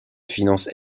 finance